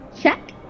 Check